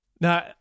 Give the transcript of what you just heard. Now